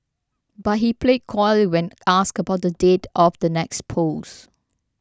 but he played coy when asked about the date of the next polls